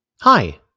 Hi